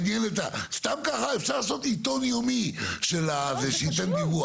אז סתם ככה אפשר לעשות עיתון יומי שייתן דיווח.